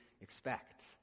expect